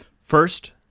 First